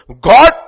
God